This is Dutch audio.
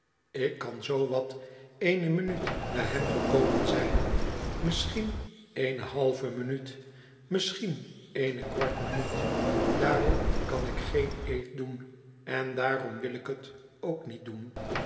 ik kan zoo wat eene minuut na hem gekomen zijn misschien eene halve minuut misschien eene kwart minuut daarop kan ik geen eed doen en daarom wil ik het ook niet doen